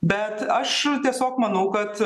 bet aš tiesiog manau kad